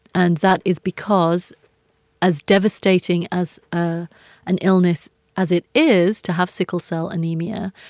and that is because as devastating as ah an illness as it is to have sickle cell anemia,